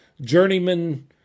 journeyman